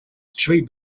tree